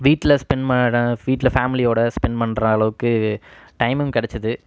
வீட்டில் ஸ்பெண்ட் பண்ணுகிற வீட்டில் ஃபேமிலியோடு ஸ்பெண்ட் பண்ணுற அளவுக்கு டைமும் கிடச்சுது